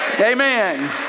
Amen